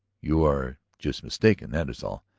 you are just mistaken, that is all.